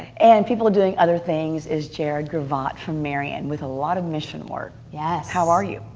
and people doing other things is jared gravat from marian, with a lot of mission work. yes. how are you?